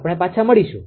આપણે પાછા મળીશું